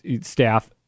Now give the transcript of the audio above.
staff